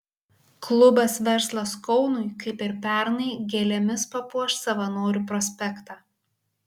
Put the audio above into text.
klubas verslas kaunui kaip ir pernai gėlėmis papuoš savanorių prospektą